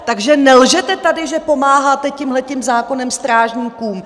Takže nelžete tady, že pomáháte tímhle tím zákonem strážníkům!